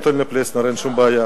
אני נותן לפלסנר, אין שום בעיה.